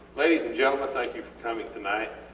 ladies and gentlemen thank you for coming tonight.